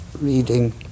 reading